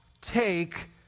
take